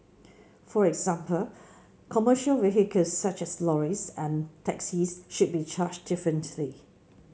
for example commercial vehicles such as lorries and taxis should be charged differently